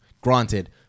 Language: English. granted